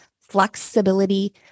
flexibility